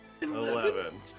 eleven